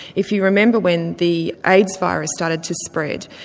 if you remember when the aids virus started to spread,